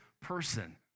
person